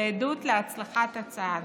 ועדות להצלחת הצעד.